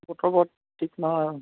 ঠিক নহয়